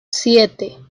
siete